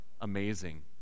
amazing